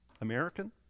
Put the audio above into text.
American